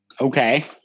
Okay